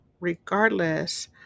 regardless